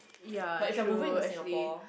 ya true actually